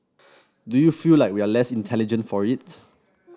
do you feel like we are less intelligent for it